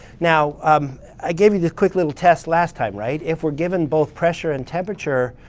now i gave you this quick little test last time, right? if we're given both pressure and temperature,